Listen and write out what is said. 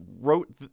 wrote